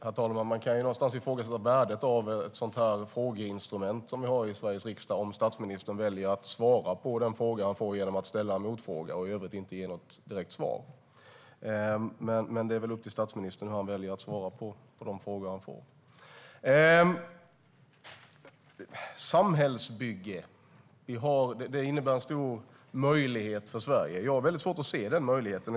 Herr talman! Man kan någonstans ifrågasätta värdet av ett frågeinstrument som vi har i Sveriges riksdag om statsministern väljer att svara på den fråga han får genom att ställa en motfråga och i övrigt inte ge något direkt svar. Men det är väl upp till statsministern om han väljer att svara på de frågor han får. Det talas om samhällsbygge och att det innebär en stor möjlighet för Sverige. Jag har väldigt svårt se den möjligheten.